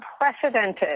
unprecedented